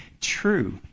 true